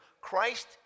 Christ